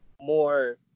more